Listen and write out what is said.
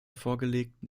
vorgelegten